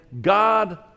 God